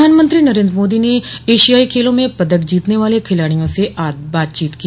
प्रधानमंत्री नरेन्द्र मोदी ने एशियाई खेलों में पदक जीतने वाले खिलाडियों से आज बातचीत की